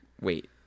wait